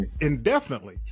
indefinitely